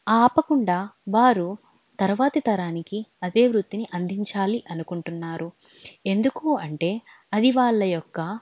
ఆపకుండా వారు తర్వాతి తరానికి అదే వృత్తిని అందించాలి అనుకుంటున్నారు ఎందుకు అంటే అది వాళ్ళ యొక్క